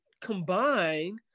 combine